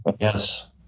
Yes